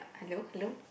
hello hello